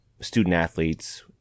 student-athletes